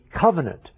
covenant